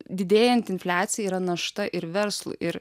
didėjanti infliacija yra našta ir verslui ir